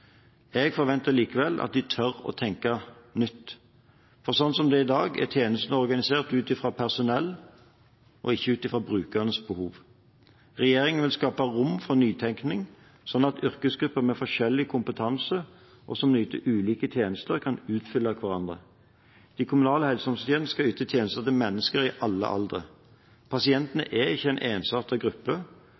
Jeg forventer likevel at de tør å tenke nytt. Slik det er i dag, er tjenestene organisert ut fra personellet og ikke ut fra brukernes behov. Regjeringen vil skape rom for nytenking, slik at yrkesgrupper med forskjellig kompetanse og som yter ulike tjenester, kan utfylle hverandre. De kommunale helse- og omsorgstjenestene skal yte tjenester til mennesker i alle aldre. Pasientene er ikke en ensartet gruppe.